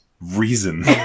reason